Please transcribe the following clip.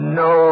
no